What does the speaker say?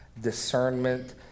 discernment